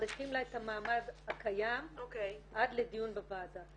מאריכים לה את המעמד הקיים עד לדיון בוועדה.